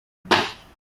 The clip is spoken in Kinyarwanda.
udushya